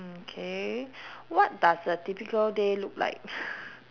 mm okay what does a typical day look like